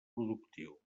productiu